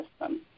system